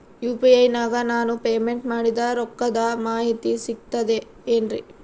UPI ನಾಗ ನಾನು payment ಮಾಡಿದ ರೊಕ್ಕದ ಮಾಹಿತಿ ಸಿಕ್ತದೆ ಏನ್ರಿ?